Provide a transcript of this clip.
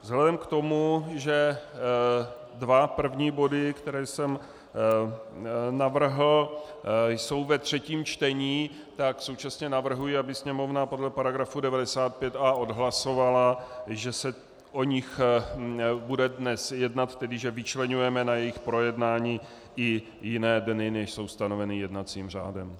Vzhledem k tomu, že dva první body, které jsem navrhl, jsou ve třetím čtení, tak současně navrhuji, aby Sněmovna podle § 95a odhlasovala, že se o nich bude dnes jednat, tedy že vyčleňujeme na jejich projednání i jiné dny, než jsou stanoveny jednacím řádem.